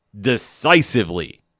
decisively